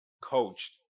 coached